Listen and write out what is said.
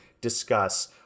discuss